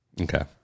Okay